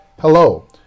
Hello